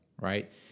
Right